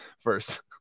first